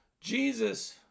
Jesus